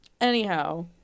anyhow